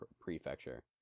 Prefecture